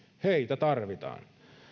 heitä tarvitaan